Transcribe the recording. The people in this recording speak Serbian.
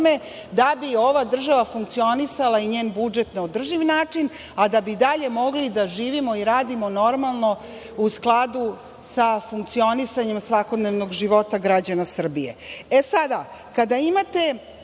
da bi ova država funkcionisala i njen budžet na održiv način, a da bi dalje mogli da živimo i radimo normalno u skladu sa funkcionisanjem svakodnevnog života građana Srbije. Sada